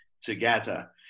together